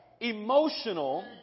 emotional